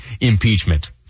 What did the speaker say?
impeachment